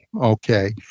okay